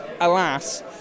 alas